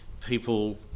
people